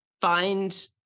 find